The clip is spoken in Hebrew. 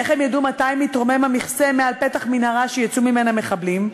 איך הם ידעו מתי מתרומם המכסה מעל פתח מנהרה שיצאו ממנה מחבלים?